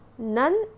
None